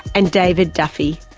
and david duffy,